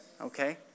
Okay